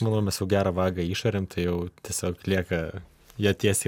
manau mes jau gerą vagą išarėm tai jau tiesiog lieka ją tiesiai